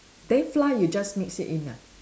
then flour you just mix it in ah